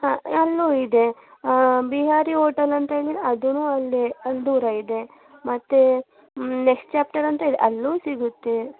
ಹಾಂ ಅಲ್ಲೂ ಇದೆ ಬಿಹಾರಿ ಹೋಟೆಲಂತ ಹೇಳಿದರೆ ಅದೂ ಅಲ್ಲೇ ಅಲ್ಲಿ ದೂರ ಇದೆ ಮತ್ತು ನೆಕ್ಸ್ಟ್ ಚಾಪ್ಟರ್ ಅಂತ ಇದೆ ಅಲ್ಲೂ ಸಿಗುತ್ತೆ